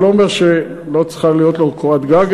זה לא אומר שלא צריכה להיות לו קורת גג,